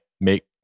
make